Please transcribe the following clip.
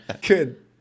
Good